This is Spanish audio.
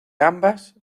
ambas